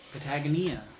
Patagonia